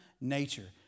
nature